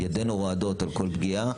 ידינו רועדות על כל פגיעה,